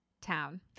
town